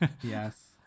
Yes